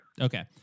okay